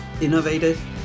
innovative